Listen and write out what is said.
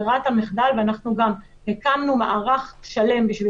ברירת המחדל ואנחנו גם הקמנו מערך שלם בשביל